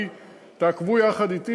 תעקבו יחד אתי